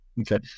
Okay